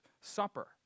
Supper